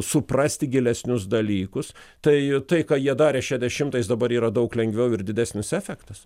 suprasti gilesnius dalykus tai tai ką jie darė šedešimtais dabar yra daug lengviau ir didesnis efektas